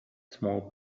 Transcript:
small